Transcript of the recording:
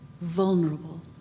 vulnerable